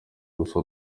gusa